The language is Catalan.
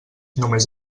només